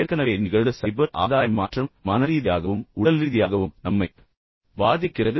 ஏற்கனவே நிகழ்ந்த சைபர் ஆதாய மாற்றம் மனரீதியாகவும் உடல்ரீதியாகவும் நம்மைப் பாதிக்கிறது